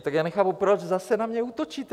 Tak já nechápu, proč zase na mě útočíte.